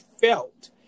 felt